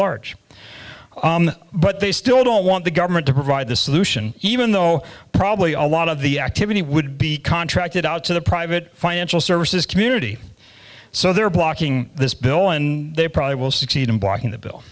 large but they still don't want the government to provide the solution even though probably a lot of the activity would be contracted out to the private financial services community so they're blocking this bill and they probably will succeed in blocking the bill